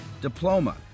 Diploma